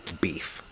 beef